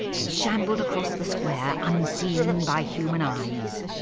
they shambled across the square, unseen and and by human eyes.